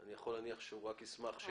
אני יכול להניח שהוא רק ישמח.